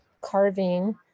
carving